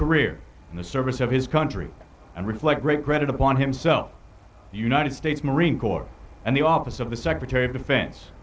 career in the service of his country and reflect great credit upon himself the united states marine corps and the office of the secretary of defense